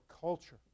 culture